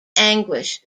anguish